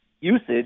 usage